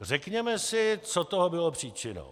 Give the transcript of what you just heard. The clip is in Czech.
Řekněme si, co toho bylo příčinou.